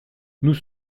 nous